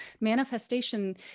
Manifestation